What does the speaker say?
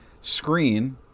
screen